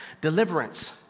deliverance